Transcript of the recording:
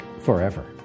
Forever